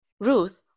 Ruth